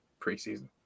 preseason